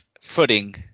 footing